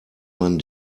man